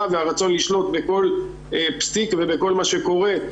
והרצון לשלוט בכל פסיק ובכל מה שקורה.